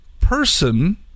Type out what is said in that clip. person